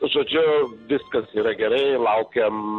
žodžiu viskas yra gerai laukiam